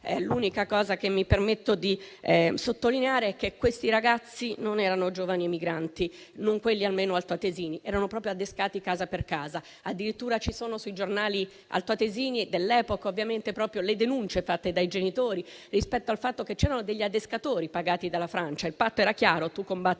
L'unica cosa che mi permetto di sottolineare è che questi ragazzi non erano giovani migranti, almeno non quelli altoatesini. Erano proprio adescati casa per casa; addirittura ci sono sui giornali altoatesini dell'epoca le denunce fatte dai genitori rispetto al fatto che c'erano degli adescatori pagati dalla Francia. Il patto era chiaro: tu combatti per